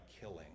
killing